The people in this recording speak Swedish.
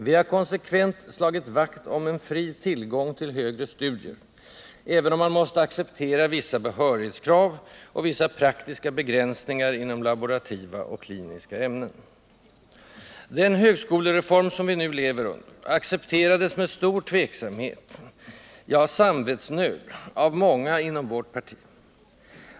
Vi har konsekvent slagit vakt om en fri tillgång till högre studier, även om man måste acceptera vissa behörighetskrav och vissa Den högskolereform som vi nu lever under accepterades med stor Onsdagen den tveksamhet, ja, samvetsnöd, av många inom vårt parti.